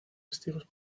testigos